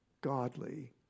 godly